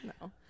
No